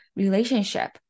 Relationship